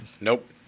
Nope